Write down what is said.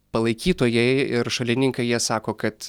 palaikytojai ir šalininkai jie sako kad